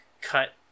cut